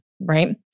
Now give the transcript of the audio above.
right